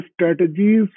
strategies